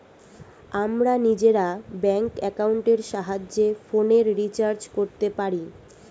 আমরা নিজেরা ব্যাঙ্ক অ্যাকাউন্টের সাহায্যে ফোনের রিচার্জ করতে পারি